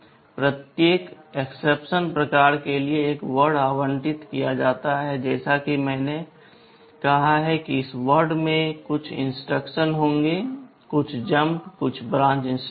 प्रत्येक एक्सेप्शन प्रकार के लिए एक वर्ड आवंटित किया जाता है और जैसा कि मैंने कहा है इस वर्ड में कुछ इंस्ट्रक्शन होंगे कुछ जम्प कुछ ब्रांच इंस्ट्रक्शन